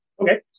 Okay